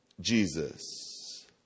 Jesus